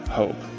hope